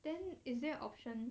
then is there option